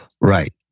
Right